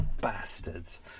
bastards